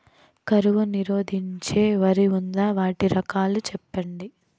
కరువు నిరోధించే వరి ఉందా? వాటి రకాలు చెప్పండి?